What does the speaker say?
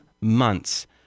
months